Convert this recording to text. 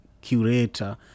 curator